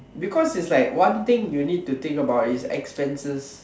because it's like one thing you need to think about is expenses